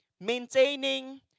maintaining